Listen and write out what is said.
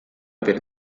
per